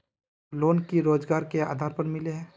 Loan की रोजगार के आधार पर मिले है?